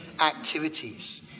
activities